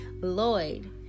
Lloyd